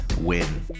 win